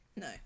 No